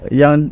yang